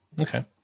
Okay